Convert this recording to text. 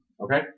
Okay